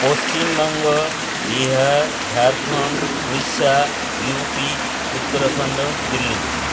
Paschim Banga Bihar Jharkhand Orissa U P Uttarakhand Delhi